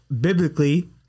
biblically